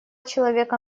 человека